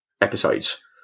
episodes